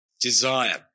desire